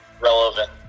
relevant